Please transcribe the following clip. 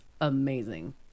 amazing